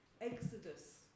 exodus